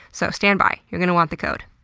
so standby. you're gonna want the code.